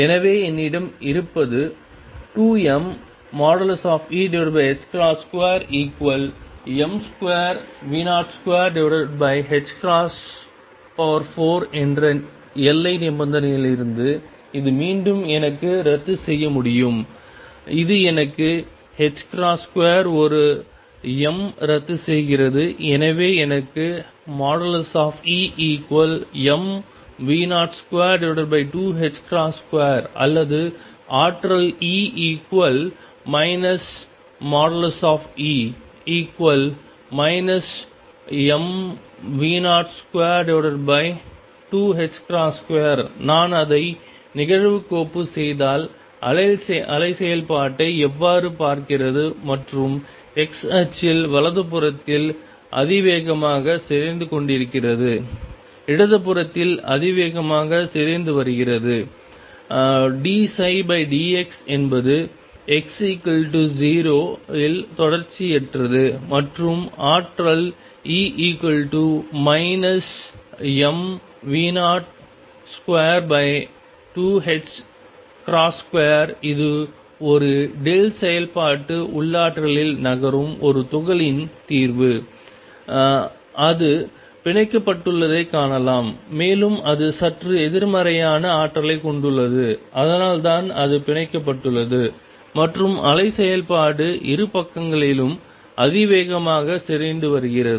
எனவே என்னிடம் இருப்பது 2mE2m2V024 என்ற எல்லை நிபந்தனையிலிருந்து இது மீண்டும் எனக்கு ரத்து செய்ய முடியும் இது எனக்கு 2 ஒரு m ரத்துசெய்கிறது எனவே எனக்கு EmV022ℏ2 அல்லது ஆற்றல் E E mV022ℏ2 நான் அதை நிகழ்வுக்கோப்பு செய்தால் அலை செயல்பாட்டை எவ்வாறு பார்க்கிறது மற்றும் x அச்சில் வலது புறத்தில் அதிவேகமாக சிதைந்து கொண்டிருக்கிறது இடது புறத்தில் அதிவேகமாக சிதைந்து வருகிறது dψdx என்பது x0 இல் தொடர்ச்சியற்றது மற்றும் ஆற்றல் E mV022ℏ2 இது ஒரு செயல்பாட்டுத் உள்ளாற்றலில் நகரும் ஒரு துகளின் தீர்வு அது பிணைக்கப்பட்டுள்ளதைக் காணலாம் மேலும் அது சற்று எதிர்மறையான ஆற்றலைக் கொண்டுள்ளது அதனால்தான் அது பிணைக்கப்பட்டுள்ளது மற்றும் அலை செயல்பாடு இரு பக்கங்களிலும் அதிவேகமாக சிதைந்து வருகிறது